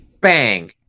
Bang